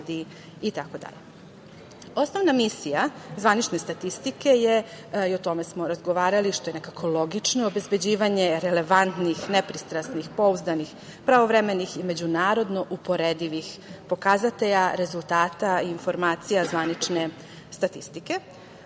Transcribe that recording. dalje. Osnovna misija zvanične statistike je, i o tome smo razgovarali, što je nekako logično, obezbeđivanje relevantnih nepristrasnih, pouzdanih, pravovremenih i međunarodno uporedivih pokazatelja rezultata i informacija zvanične statistike,